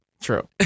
true